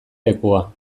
lekua